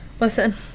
Listen